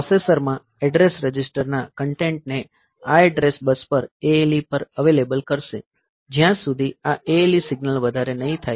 processor આ address રજિસ્ટરના content ને આ એડ્રેસ બસ પર ALE પર અવેલેબલ કરશે જ્યાં સુધી આ ALE સિગ્નલ વધારે નહીં થાય